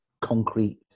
concrete